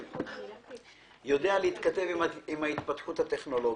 שיודע להתכתב עם ההתפתחות הטכנולוגית.